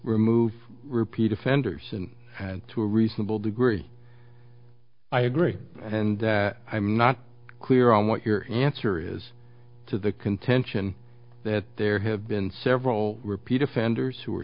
remove repeat offenders and to a reasonable degree i agree and i'm not clear on what your answer is to the contention that there have been several repeat offenders who